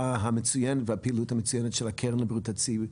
המצוינת והפעילות המצוינת של הקרן לבריאות הסביבה.